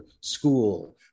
school